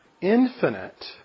Infinite